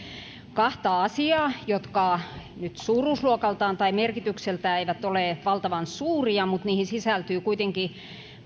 kahta asiaa jotka nyt suuruusluokaltaan tai merkitykseltään eivät ole valtavan suuria mutta niihin sisältyy kuitenkin